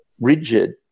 rigid